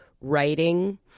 writing